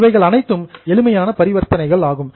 இவைகள் அனைத்தும் எளிமையான பரிவர்த்தனைகள் ஆகும்